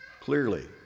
Clearly